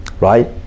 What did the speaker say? Right